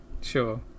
Sure